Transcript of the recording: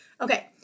Okay